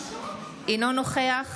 אינו נוכח